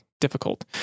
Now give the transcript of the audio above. difficult